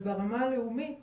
וברמה הלאומית